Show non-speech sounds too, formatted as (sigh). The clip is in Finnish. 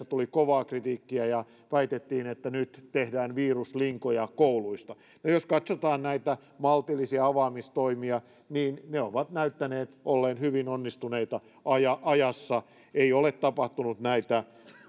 (unintelligible) tuli kovaa kritiikkiä ja väitettiin että nyt tehdään viruslinkoja kouluista ja jos katsotaan näitä maltillisia avaamistoimia niin ne ovat näyttäneet olleen hyvin onnistuneita ajassa ajassa ei ole tapahtunut näitä